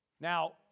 Now